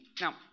Now